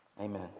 amen